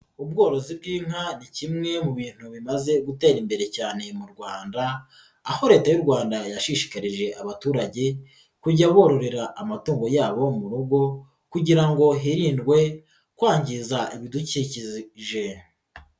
Ubworozi bw'inka ni kimwe mu bintu bimaze gutera imbere cyane mu Rwanda, aho Leta y'u Rwanda yashishikarije abaturage, kujya bororera amatungo yabo mu rugo kugira ngo hirindwe kwangiza ibidukikije.